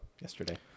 yesterday